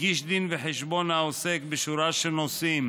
הגיש דין וחשבון העוסק בשורה של נושאים